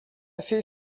fait